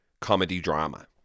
comedy-drama